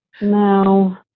No